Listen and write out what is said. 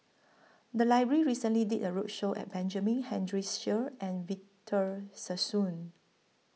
The Library recently did A roadshow At Benjamin Henry Sheares and Victor Sassoon